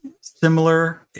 similar